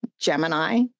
Gemini